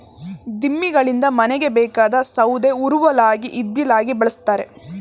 ದಿಮ್ಮಿಗಳಿಂದ ಮನೆಗೆ ಬೇಕಾದ ಸೌದೆ ಉರುವಲಾಗಿ ಇದ್ದಿಲಾಗಿ ಬಳ್ಸತ್ತರೆ